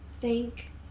Thank